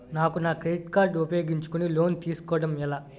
నాకు నా credit card ఉపయోగించుకుని లోన్ తిస్కోడం ఎలా?